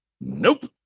Nope